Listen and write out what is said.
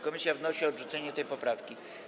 Komisja wnosi o odrzucenie tej poprawki.